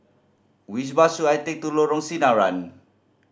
which bus should I take to Lorong Sinaran